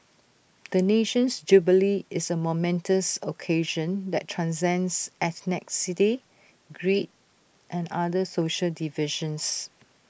the nation's jubilee is A momentous occasion that transcends ethnic city creed and other social divisions